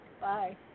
Bye